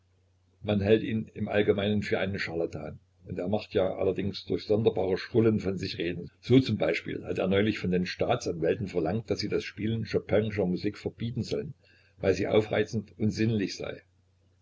man hält ihn im allgemeinen für einen charlatan und er macht ja allerdings durch sonderbare schrullen von sich reden so z b hat er neulich von den staatsanwälten verlangt daß sie das spielen chopinscher musik verbieten sollen weil sie aufreizend und sinnlich sei